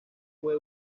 fue